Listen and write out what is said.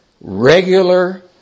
regular